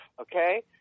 okay